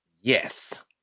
Yes